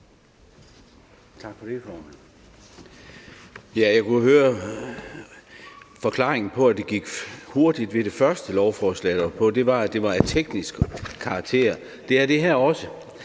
Jeg kunne høre, at forklaringen på, at det gik hurtigt ved det første lovforslag, der var på, var, at det var af teknisk karakter; det er det her også,